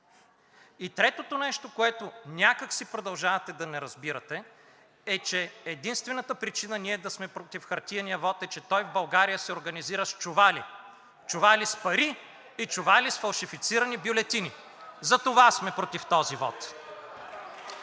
И третото нещо, което някак си продължавате да не разбирате, е, че единствената причина ние да сме против хартиения вот е, че той в България се организира с чували – чували с пари и чували с фалшифицирани бюлетини. За това сме против този вот.